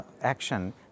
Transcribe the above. Action